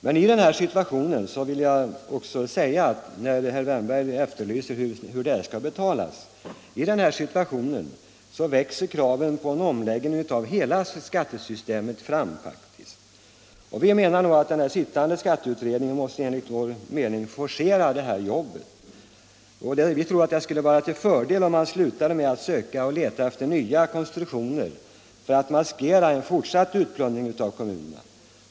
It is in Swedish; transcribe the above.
Herr Wärnberg efterlyser anvisningar om hur detta skall betalas. Jag vill då säga att i den här situationen växer kravet på en omläggning av hela skattesystemet fram. Vi menar att den sittande skatteutredningen måste forcera jobbet. Vi tror att det skulle vara till fördel om man slutade att söka efter nya konstruktioner för att maskera en fortsatt utplundring av kommunerna.